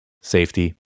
safety